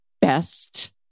best